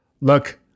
Look